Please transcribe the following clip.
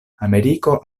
ameriko